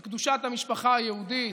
על קדושת המשפחה היהודית,